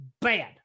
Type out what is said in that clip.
Bad